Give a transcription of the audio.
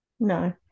no